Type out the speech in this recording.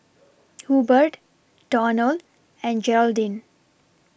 Hubert Donald and Gearldine